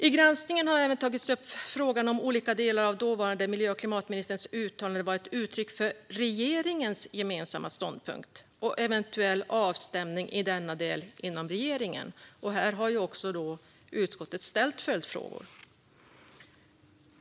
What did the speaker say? I granskningen har även tagits upp frågan om olika delar av dåvarande miljö och klimatministerns uttalanden var ett uttryck för regeringens gemensamma ståndpunkt och eventuell avstämning i denna del inom regeringen. Här har utskottet också ställt följdfrågor.